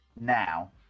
now